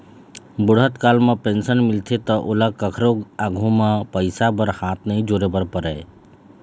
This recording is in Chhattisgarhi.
बूढ़त काल म पेंशन मिलथे त ओला कखरो आघु म पइसा बर हाथ नइ जोरे बर परय